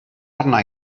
arna